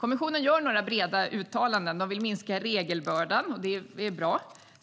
Kommissionen gör några breda uttalanden. Man vill minska regelbördan - och det är bra.